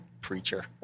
preacher